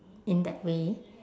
in that way